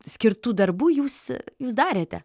skirtų darbų jūs jūs darėte